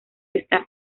está